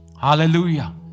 Hallelujah